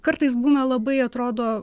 kartais būna labai atrodo